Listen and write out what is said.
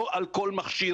לא על כל מכשיר.